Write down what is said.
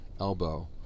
elbow